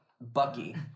Bucky